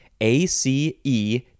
A-C-E